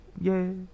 Yay